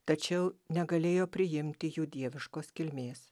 tačiau negalėjo priimti jų dieviškos kilmės